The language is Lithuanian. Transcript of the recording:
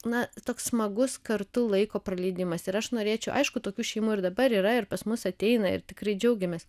na toks smagus kartu laiko praleidimas ir aš norėčiau aišku tokių šeimų ir dabar yra ir pas mus ateina ir tikrai džiaugiamės